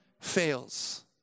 fails